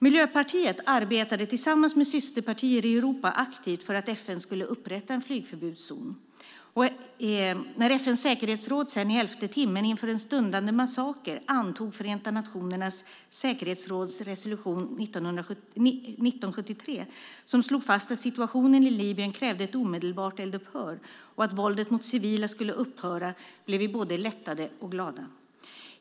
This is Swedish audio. Miljöpartiet arbetade tillsammans med systerpartier i Europa aktivt för att FN skulle upprätta en flygförbudszon. När FN:s säkerhetsråd sedan i elfte timmen inför en stundande massaker antog Förenta nationernas säkerhetsråds resolution 1973, som slog fast att situationen i Libyen krävde ett omedelbart eldupphör och att våldet mot civila skulle upphöra, blev vi både lättade och glada.